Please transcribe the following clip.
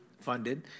funded